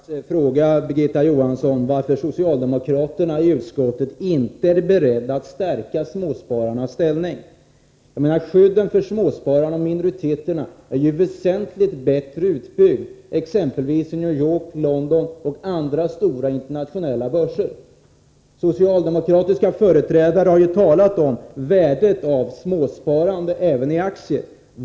Herr talman! Jag måste faktiskt fråga Birgitta Johansson varför socialdemokraterna i utskottet inte är beredda att stärka småspararnas ställning. Skyddet för småspararna och minoriteterna är ju väsentligt bättre utbyggt exempelvis i New York, London och andra städer med stora internationella börser. Socialdemokratiska företrädare har talat om värdet av småsparande, även i aktier.